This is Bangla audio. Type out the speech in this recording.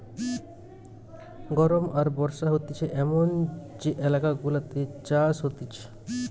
গরম আর বর্ষা হতিছে এমন যে এলাকা গুলাতে চাষ হতিছে